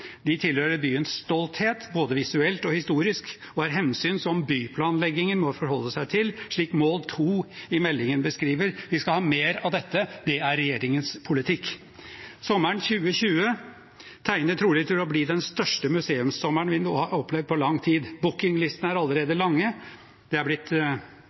De tilhører byens stolthet, både visuelt og historisk, og er hensyn som byplanleggingen må forholde seg til, slik mål to i meldingen beskriver. Vi skal ha mer av dette. Det er regjeringens politikk. Sommeren 2020 tegner trolig til å bli den største museumssommeren vi har opplevd på lang tid. Bookinglistene er allerede lange. Det er blitt